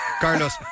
Carlos